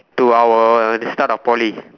to our the start of Poly